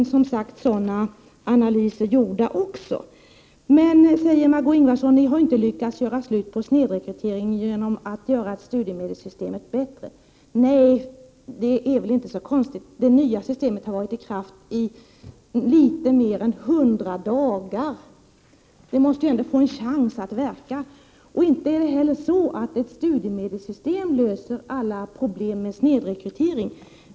Sedan säger Margö Ingvardsson att vi inte har lyckats få bort snedrekryteringen genom att göra studiemedelssystemet bättre. Nej, det är väl inte så konstigt. Det nya systemet har varit i kraft under litet mer än 100 dagar. Det måste ändå få en chans att verka. Inte heller löser ett studiemedelssystem alla problem med snedrekrytering.